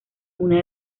una